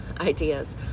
ideas